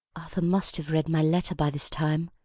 arthur must have read my letter by this time.